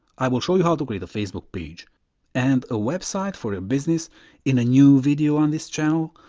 i will show you how to create a facebook page and a website for your business in a new video on this channel,